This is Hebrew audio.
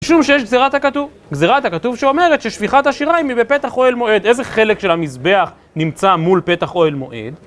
משום שיש גזירת הכתוב, גזירת הכתוב שאומרת ששפיכת השיריים היא בפתח אוהל מועד. איזה חלק של המזבח נמצא מול פתח אוהל מועד?